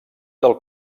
del